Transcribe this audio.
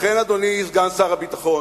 לכן, אדוני סגן שר הביטחון,